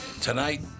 tonight